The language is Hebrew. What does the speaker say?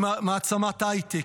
מעצמת הייטק,